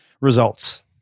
results